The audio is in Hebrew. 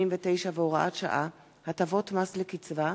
189 והוראת שעה) (הטבות מס לקצבה),